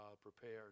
prepared